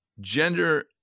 gender